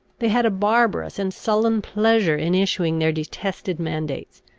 they had a barbarous and sullen pleasure in issuing their detested mandates,